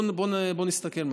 בואו נסתכל: